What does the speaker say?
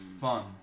fun